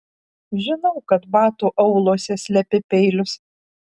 žinau kad batų auluose slepi peilius